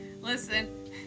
listen